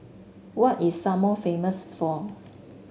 what is Samoa famous for